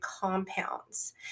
compounds